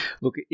Look